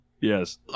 Yes